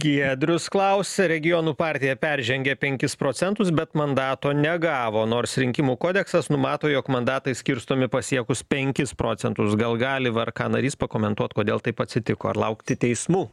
giedrius klausia regionų partija peržengė penkis procentus bet mandato negavo nors rinkimų kodeksas numato jog mandatai skirstomi pasiekus penkis procentus gal gali v er ka narys pakomentuot kodėl taip atsitiko ar laukti teismų